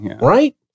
Right